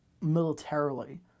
militarily